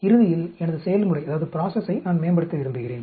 இறுதியில் எனது செயல்முறையை நான் மேம்படுத்த விரும்புகிறேன்